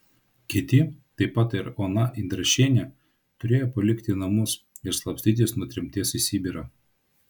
kiti taip pat ir ona indrašienė turėjo palikti namus ir slapstytis nuo tremties į sibirą